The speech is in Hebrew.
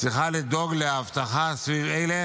צריכה לדאוג לאבטחה סביב אלה,